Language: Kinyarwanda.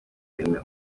irene